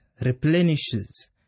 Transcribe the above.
replenishes